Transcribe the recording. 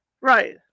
right